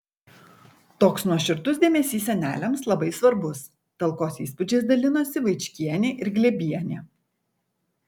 toks nuoširdus dėmesys seneliams labai svarbus talkos įspūdžiais dalinosi vaičkienė ir glėbienė